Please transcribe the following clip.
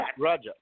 Roger